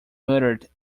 murdered